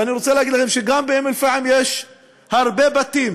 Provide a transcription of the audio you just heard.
ואני רוצה להגיד לכם שגם באום-אלפחם יש הרבה בתים